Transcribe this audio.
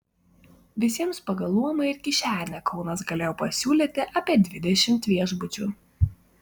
visiems pagal luomą ir kišenę kaunas galėjo pasiūlyti apie dvidešimt viešbučių